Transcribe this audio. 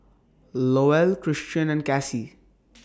Lowell Christion and Kassie